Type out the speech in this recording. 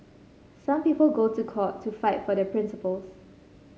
some people go to court to fight for their principles